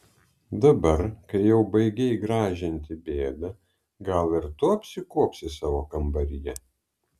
dabar kai jau baigei gražinti bėdą gal ir tu apsikuopsi savo kambaryje